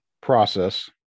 process